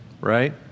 right